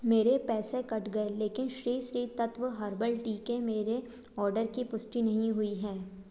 मेरे पैसे कट गए लेकिन श्री श्री तत्त्व हर्बल टी के मेरे ऑर्डर की पुष्टि नहीं हुई है